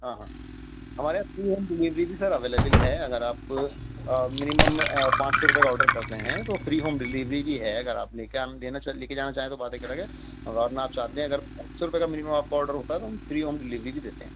ہاں ہاں ہمارے یہاں فری ہوم ڈلیوری بھی سر اویلیبل ہے اگر آپ مینیمم پانچ سو روپے کا آڈر کرتے ہیں تو فری ہوم ڈلیوری بھی ہے اگر آپ لے کے آم دینا چاہ لے کے جانا چاہیں تو بات ایک الگ ہے ورنہ آپ چاہتے ہیں اگر پانچ سو روپے کا مینیمم آپ کو آڈر ہوتا ہے تو ہم فری ہوم ڈلیوری بھی دیتے ہیں